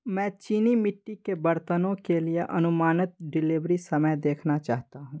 मैं चीनी मिट्टी के बर्तनों के लिए अनुमानित डिलीवरी समय देखना चाहता हूँ